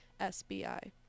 SBI